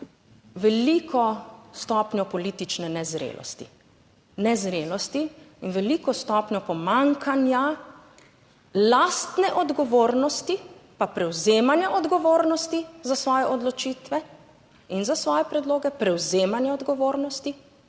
veliko stopnjo politične nezrelosti. Nezrelosti. In veliko stopnjo pomanjkanja lastne odgovornosti pa prevzemanja odgovornosti za svoje odločitve in za svoje predloge prevzemanja odgovornosti,